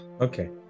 Okay